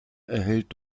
erhält